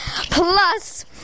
Plus